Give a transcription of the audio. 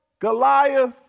Goliath